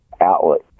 outlet